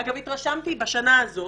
אגב, התרשמתי בשנה זו